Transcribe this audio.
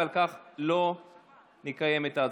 ועל כן לא נקיים את ההצבעה.